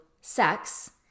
sex